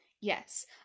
Yes